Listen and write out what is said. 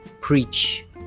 preach